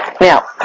Now